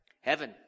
Heaven